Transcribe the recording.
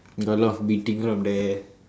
got a lot of beating from there